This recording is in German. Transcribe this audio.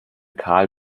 kahl